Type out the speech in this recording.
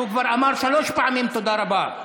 הוא אמר כבר שלוש פעמים תודה רבה.